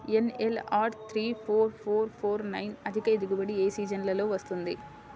NLR three four four four nine అధిక దిగుబడి ఏ సీజన్లలో వస్తుంది?